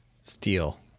Steel